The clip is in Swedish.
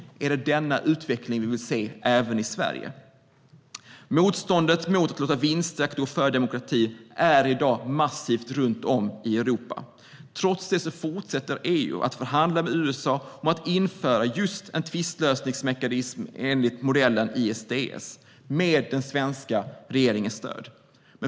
Är det denna utveckling vi vill se även i Sverige? Motståndet mot att låta vinstjakt gå före demokrati är i dag massivt runt om i Europa. Trots det fortsätter EU att förhandla med USA om att införa just en tvistlösningsmekanism enligt ISDS-modellen - med den svenska regeringens stöd.